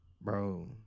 Bro